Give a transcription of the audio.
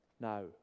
Now